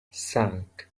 cinq